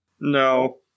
No